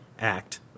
act